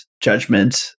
judgment